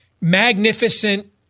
magnificent